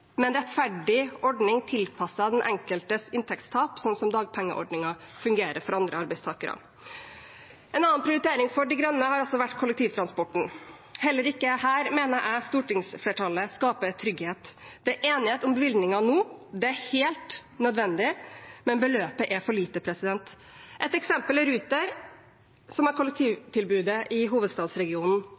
med en rettferdig ordning tilpasset den enkeltes inntektstap, slik dagpengeordningen fungerer for andre arbeidstakere. En annen prioritering for Miljøpartiet De Grønne har vært kollektivtransporten. Heller ikke her mener jeg stortingsflertallet skaper trygghet. Det er enighet om bevilgningen nå. Det er helt nødvendig, men beløpet er for lite. Et eksempel er Ruter, som har kollektivtilbudet i hovedstadsregionen.